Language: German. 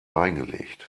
reingelegt